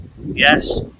Yes